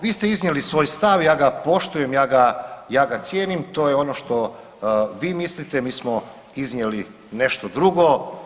Vi ste iznijeli svoj stav, ja ga poštujem, ja ga cijenim, to je ono što vi mislite, mi smo iznijeli nešto drugo.